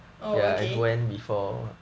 oh okay